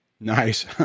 Nice